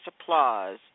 applause